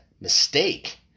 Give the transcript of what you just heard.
mistake